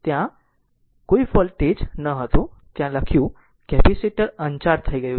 ત્યાં કોઈ વોલ્ટેજ ન હતું ત્યાં લખ્યું કેપેસિટર અનચાર્જ થઇ ગયું